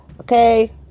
Okay